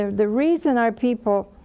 the reason our people